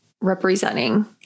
representing